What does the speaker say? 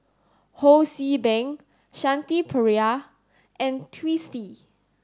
Ho See Beng Shanti Pereira and Twisstii